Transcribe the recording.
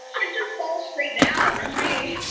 um it just falls straight down with me